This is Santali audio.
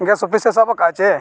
ᱼᱮ ᱥᱟᱵ ᱟᱠᱟᱫᱟ ᱪᱮ